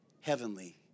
heavenly